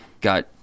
got